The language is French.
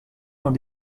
dans